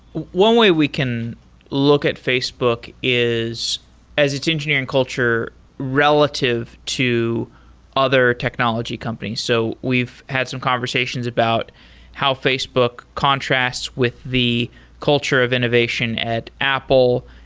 one way we can look at facebook is as its engineering culture relative to other technology companies. so we've had some conversations about how facebook contrasts with the culture of innovation at apple,